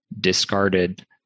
discarded